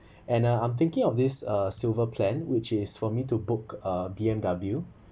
and uh I'm thinking of this uh silver plan which is for me to book a B_M_W